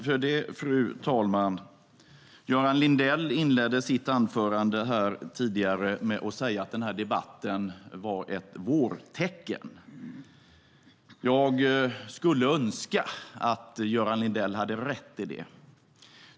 Fru talman! Göran Lindell inledde sitt anförande tidigare med att säga att den här debatten var ett vårtecken. Jag skulle önska att Göran Lindell hade rätt i det.